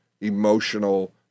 emotional